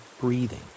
breathing